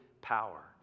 power